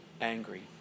angry